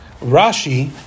Rashi